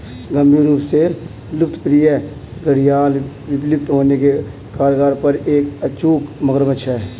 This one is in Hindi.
गंभीर रूप से लुप्तप्राय घड़ियाल विलुप्त होने के कगार पर एक अचूक मगरमच्छ है